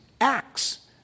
acts